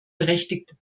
berechtigte